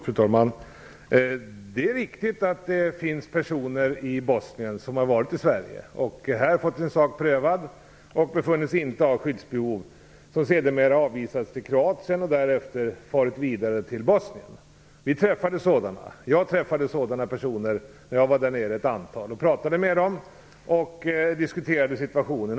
Fru talman! Det är riktigt att det finns personer i Bosnien som har varit i Sverige och här fått sin sak prövad och som inte befunnits ha skyddsbehov, men som sedermera avvisats till Kroatien och därefter farit vidare till Bosnien. Jag träffade ett antal sådana personer när jag var där nere. Jag pratade med dem och diskuterade situationen.